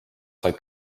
said